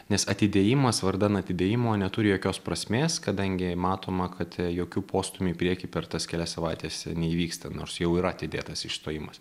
nes atidėjimas vardan atidėjimo neturi jokios prasmės kadangi matoma kad jokių postūmių į priekį per tas kelias savaites neįvyksta nors jau yra atidėtas išstojimas